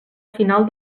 final